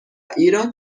ایران